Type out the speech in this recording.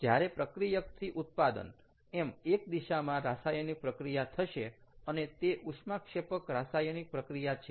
જ્યારે પ્રક્રિયકથી ઉત્પાદન એમ એક દિશામાં રાસાયણિક પ્રક્રિયા થશે અને તે ઉષ્માક્ષેપક રાસાયણિક પ્રક્રિયા છે